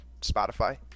Spotify